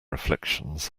afflictions